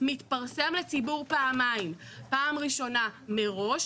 מתפרסם לציבור פעמיים: פעם ראשונה מראש,